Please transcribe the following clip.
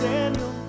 Daniel